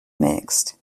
mixed